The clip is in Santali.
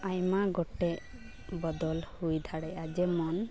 ᱟᱭᱢᱟ ᱜᱚᱴᱮᱡ ᱵᱚᱫᱚᱞ ᱦᱩᱭ ᱫᱟᱲᱮᱭᱟᱜ ᱼᱟ ᱡᱮᱢᱚᱱ